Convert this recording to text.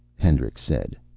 hendricks said.